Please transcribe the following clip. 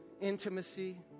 intimacy